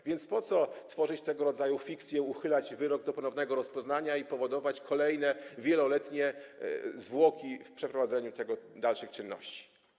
A więc po co tworzyć tego rodzaju fikcję, uchylać wyrok do ponownego rozpoznania i powodować kolejną wieloletnią zwłokę w przeprowadzeniu dalszych czynności?